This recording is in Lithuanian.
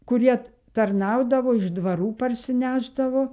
kurie tarnaudavo iš dvarų parsinešdavo